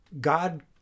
God